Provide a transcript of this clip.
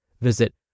Visit